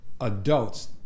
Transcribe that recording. adults